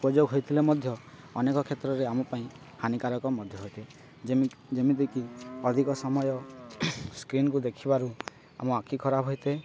ଉପଯୋଗ ହୋଇଥିଲେ ମଧ୍ୟ ଅନେକ କ୍ଷେତ୍ରରେ ଆମ ପାଇଁ ହାନିକାରକ ମଧ୍ୟ ହୋଇଥାଏ ଯେମିତିକି ଅଧିକ ସମୟ ସ୍କ୍ରିନ୍ ଦେଖିବାରୁ ଆମ ଆଖି ଖରାପ୍ ହୋଇଥାଏ